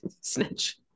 snitch